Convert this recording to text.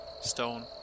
stone